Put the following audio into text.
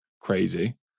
crazy